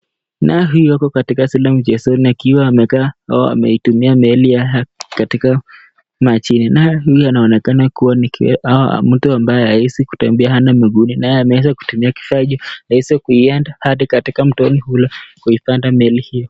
Na huyu ako katika zile mchezoni akiwa amekaa au ametumia meli aa katika majini nayo huyu anaonekana kuwa kiwete au mtu ambaye hawezi kutembea hana mguuni naye ameweza kutumia kifaa aweze kuienda hadi mtoni kule kupanda meli hiyo.